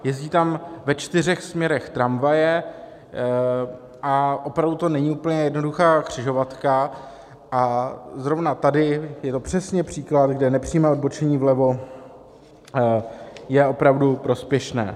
Jezdí tam ve čtyřech směrech tramvaje, opravdu to není úplně jednoduchá křižovatka a zrovna tady je to přesně příklad, kde nepřímé odbočení vlevo je opravdu prospěšné.